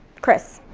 chris.